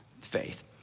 faith